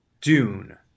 dune